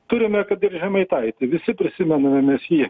turime kad ir žemaitaitį visi prisimename mes jį